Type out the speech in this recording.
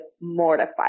mortified